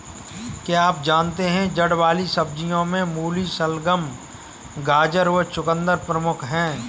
क्या आप जानते है जड़ वाली सब्जियों में मूली, शलगम, गाजर व चकुंदर प्रमुख है?